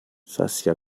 saskia